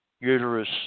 uterus